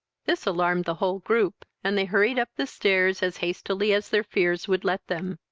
this alarmed the whole group, and they hurried up the stairs as hastily as their fears would let them.